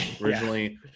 originally